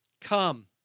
Come